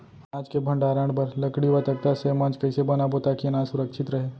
अनाज के भण्डारण बर लकड़ी व तख्ता से मंच कैसे बनाबो ताकि अनाज सुरक्षित रहे?